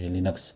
Linux